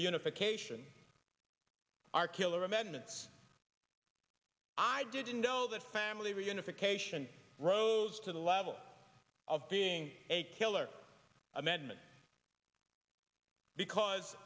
reunification are killer amendments i didn't know that family reunification rose to the level of being a killer amendment because